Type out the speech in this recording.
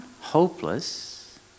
hopeless